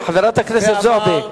חברת הכנסת זועבי.